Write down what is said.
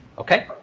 ok.